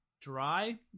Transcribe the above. Dry